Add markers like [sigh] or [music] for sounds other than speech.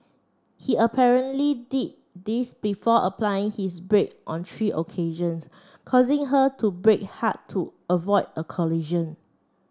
he [unintelligible] did this before applying his brake on three occasions causing her to brake hard to avoid a collision